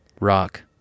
rock